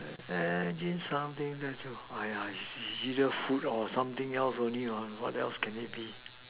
at is something that you it's either food or something else only what what else can it be